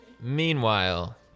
Meanwhile